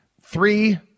three